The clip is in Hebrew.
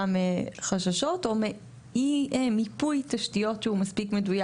מחששות או מאי מיפוי תשתיות שהוא מספיק מדויק.